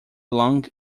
long